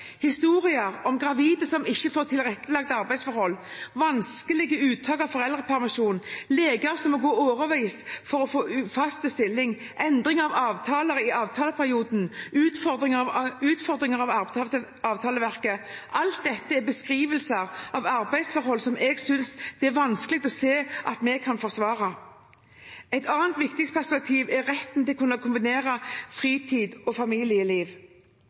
Historier om gravide som ikke får tilrettelagte arbeidsforhold, om vanskelig uttak av foreldrepermisjon, om leger som må gå i årevis for å få fast stilling, om endring av avtaler i avtaleperioden, om utfordringer av avtaleverket – alt dette er beskrivelser av arbeidsforhold som jeg synes det er vanskelig å se at vi kan forsvare. Et annet viktig perspektiv er retten til å kunne kombinere arbeid med fritid og familieliv.